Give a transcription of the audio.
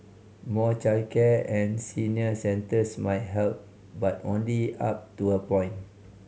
more childcare and senior centres might help but only up to a point